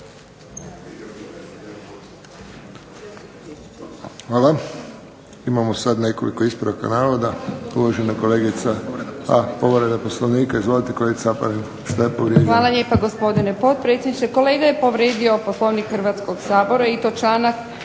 Hvala. Imamo sada nekoliko ispravaka navoda. Povreda Poslovnika, izvolite kolegica Caparin,